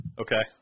Okay